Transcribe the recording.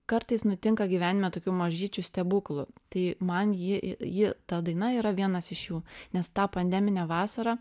kartais nutinka gyvenime tokių mažyčių stebuklų tai man ji ji ta daina yra vienas iš jų nes tą pandeminę vasarą